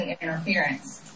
interference